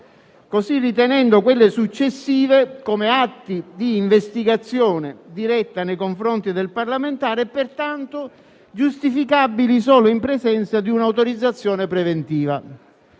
così ritenendo quelle successive come atti di investigazione diretta nei confronti del parlamentare, pertanto giustificabili solo in presenza di una autorizzazione preventiva.